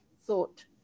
thought